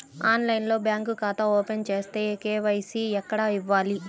ఆన్లైన్లో బ్యాంకు ఖాతా ఓపెన్ చేస్తే, కే.వై.సి ఎక్కడ ఇవ్వాలి?